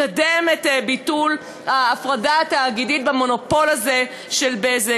לקדם את ביטול ההפרדה התאגידית במונופול הזה של "בזק".